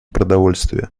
продовольствия